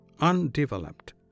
undeveloped